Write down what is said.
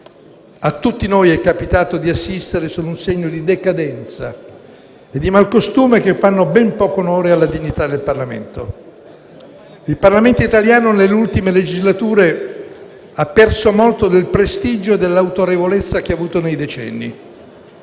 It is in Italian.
a tutti noi è capitato di assistere sono un segno di decadenza e di malcostume che fanno ben poco onore alla dignità del Parlamento. Il Parlamento italiano nelle ultime legislature ha perso molto del prestigio e dell'autorevolezza che ha avuto nei decenni.